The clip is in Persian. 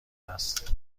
است